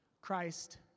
Christ